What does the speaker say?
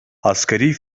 asgari